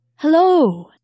Hello